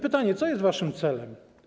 Pytanie, co jest waszym celem.